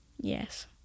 Yes